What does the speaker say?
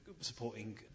supporting